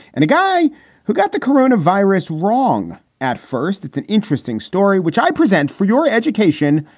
and a guy who got the corona virus wrong at first. it's an interesting story which i present for your education,